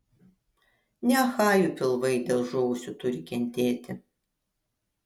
ne achajų pilvai dėl žuvusių turi kentėti